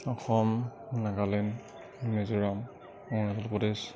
Assam Nagaland Mizoram Arunachal Pradesh